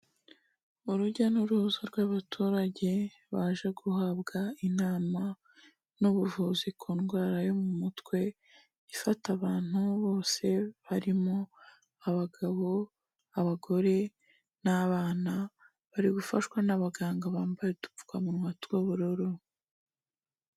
Urujya n'uruza rw'abaturage baje guhabwa inama n'ubuvuzi ku ndwara yo mu mutwe, ifata abantu bose barimo abagabo, abagore n'abana, bari gufashwa n'abaganga bambaye udupfukamunwa tw'ubururu.